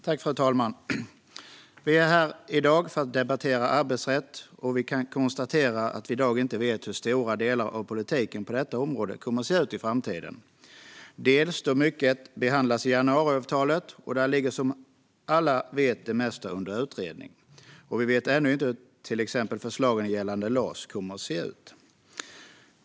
Fru talman! Vi är här i dag för att debattera arbetsrätt, och vi kan konstatera att vi i dag inte vet hur stora delar av politiken på detta område kommer att se ut i framtiden. Det beror bland annat på att mycket behandlas i januariavtalet, och där ligger, som alla vet, det mesta under utredning. Vi vet ännu inte om hur till exempel förslagen om LAS kommer att se ut.